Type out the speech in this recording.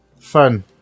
fun